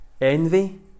Envy